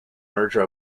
merger